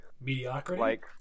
Mediocrity